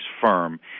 firm